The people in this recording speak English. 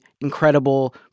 incredible